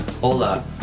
Hola